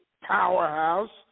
powerhouse